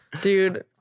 dude